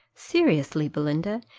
seriously, belinda,